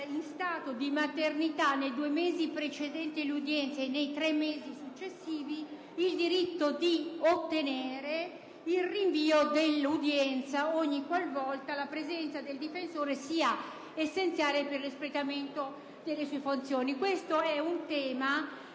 in stato di maternità, nei due mesi precedenti il parto e nei tre mesi successivi allo stesso, il diritto ad ottenere il rinvio di udienza ogni qual volta la presenza del difensore sia essenziale per l'espletamento della sua funzione. Questo è un tema